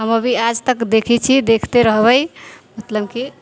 हम अभी आजतक देखैत छी देखिते रहबै मतलब कि